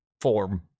form